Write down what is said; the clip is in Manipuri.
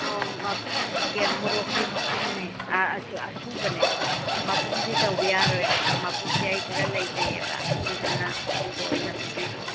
ꯑꯥꯎ ꯃꯣꯔꯣꯛꯁꯦ ꯃꯄꯨꯝꯅꯦ ꯑꯥ ꯑꯁꯨꯕꯅꯦ ꯃꯄꯨꯝꯗꯤ ꯇꯧꯕ ꯌꯥꯔꯣꯏ ꯑꯥ ꯃꯄꯨꯝꯗꯤ ꯑꯩ ꯈꯔ ꯂꯩꯖꯩꯌꯦꯕ ꯑꯗꯨꯗꯨꯅ ꯑꯁꯨꯕ ꯑꯣꯏꯅ ꯄꯤꯕꯤꯔꯛꯑꯣ